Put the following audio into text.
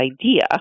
idea